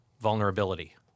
vulnerability